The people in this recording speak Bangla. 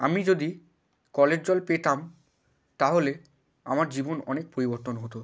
আমি যদি কলের জল পেতাম তাহলে আমার জীবন অনেক পরিবর্তন হতো